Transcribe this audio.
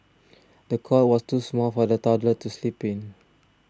the cot was too small for the toddler to sleep in